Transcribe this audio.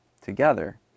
together